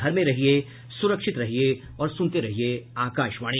घर में रहिये सुरक्षित रहिये और सुनते रहिये आकाशवाणी